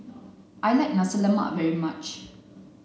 I like nasi lemak very much